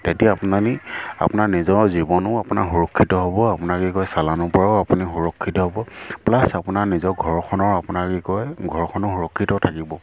তেতিয়া আপোনালৈ আপোনাৰ নিজৰ জীৱনো আপোনাৰ সুৰক্ষিত হ'ব আপোনাক কি কয় চালানৰ পৰাও আপুনি সুৰক্ষিত হ'ব প্লাছ আপোনাৰ নিজৰ ঘৰখনৰ আপোনাক কি কয় ঘৰখনো সুৰক্ষিত থাকিব